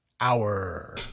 Hour